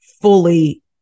fully